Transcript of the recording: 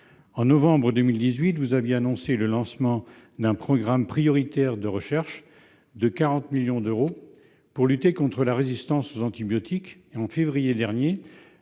et de la santé avait annoncé le lancement d'un programme prioritaire de recherche de 40 millions d'euros pour lutter contre la résistance aux antibiotiques. En février dernier,